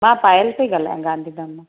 मां पायल पई ॻाल्हायां गांधीधाम मां